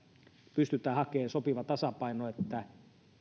pystytään hakemaan sopiva tasapaino että